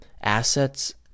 assets